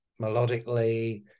melodically